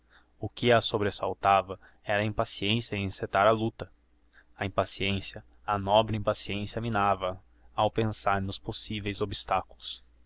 o que a sobresaltava era a impaciencia em encetar a lucta a impaciencia a nobre impaciencia minava a ao pensar nos possiveis obstaculos